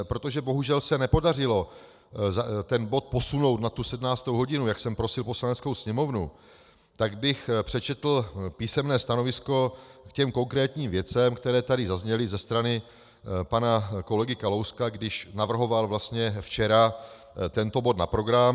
Protože bohužel se nepodařilo ten bod posunout na 17. hodinu, jak jsem prosil Poslaneckou sněmovnu, tak bych přečetl písemné stanovisko k těm konkrétním věcem, které tady zazněly ze strany pana kolegy Kalouska, když navrhoval vlastně včera tento bod na program.